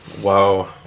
Wow